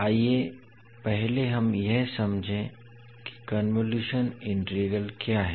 आइए पहले हम यह समझें कि कन्वोलुशन इंटीग्रल क्या है